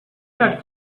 had